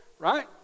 right